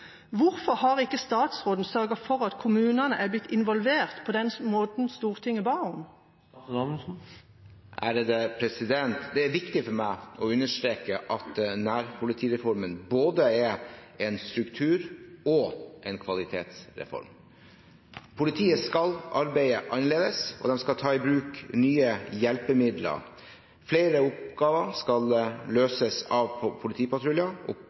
Hvorfor har ikke statsråden sørget for at kommunene er blitt involvert på den måten Stortinget ba om? Det er viktig for meg å understreke at nærpolitireformen er både en strukturreform og en kvalitetsreform. Politiet skal arbeide annerledes. De skal ta i bruk nye hjelpemidler. Flere oppgaver skal løses av politipatruljer.